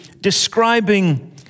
describing